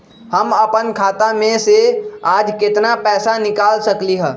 हम अपन खाता में से आज केतना पैसा निकाल सकलि ह?